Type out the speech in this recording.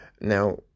Now